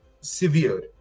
severe